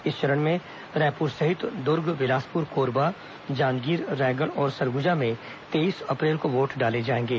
इस चरण में रायपुर सहित दुर्ग बिलासपुर कोरबा जांजगीर चांपा रायगढ़ और सरगुजा में तेईस अप्रैल को वोट डाले जाएंगे